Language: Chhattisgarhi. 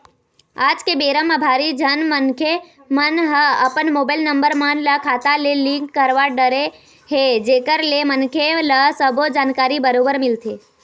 आज के बेरा म भारी झन मनखे मन ह अपन मोबाईल नंबर मन ल खाता ले लिंक करवा डरे हे जेकर ले मनखे ल सबो जानकारी बरोबर मिल जाथे